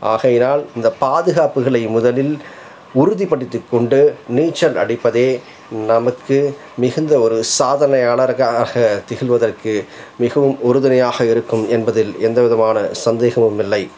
ஆகையினால் இந்தப் பாதுகாப்புகளை முதலில் உறுதிப்படுத்திக் கொண்டு நீச்சல் அடிப்பதே நமக்கு மிகுந்த ஒரு சாதனையாளராகத் ஆக திகழ்வதற்கு மிகவும் உறுதுணையாக இருக்கும் என்பதில் எந்தவிதமான சந்தேகமும் இல்லை